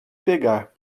pegar